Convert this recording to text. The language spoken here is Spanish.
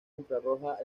infrarroja